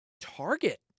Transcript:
target